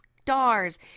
stars